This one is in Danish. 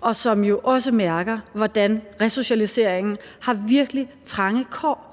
og som jo også mærker, hvordan resocialiseringen virkelig har trange kår,